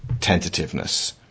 tentativeness